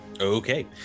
okay